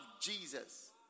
Jesus